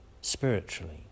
spiritually